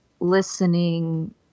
listening